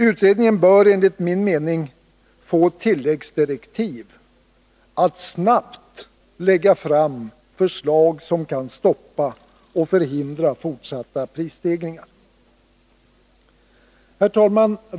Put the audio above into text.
Utredningen bör enligt min mening få tilläggsdirektiv att snabbt lägga fram förslag som kan stoppa och förhindra fortsatta prisstegringar. Herr talman!